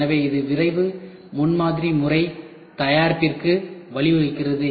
எனவே இது விரைவு முன்மாதிரி முறை தயாரிப்பிற்கு வழிவகுக்கிறது